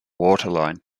waterline